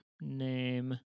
name